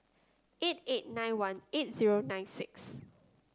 eight eight nine one eight zero nine six